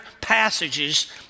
passages